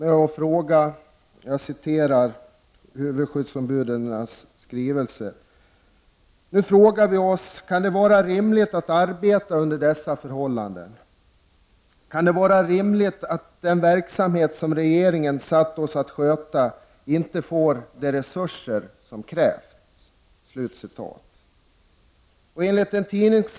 I huvudskyddsombudens skrivelse slutar man med att fråga: Kan det vara rimligt att arbeta under dessa förhållanden? Kan det vara rimligt att den verksamhet som regeringen satt oss att sköta inte får de resurser som krävs?